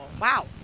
wow